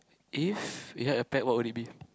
if you had a pet what would it be